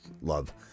Love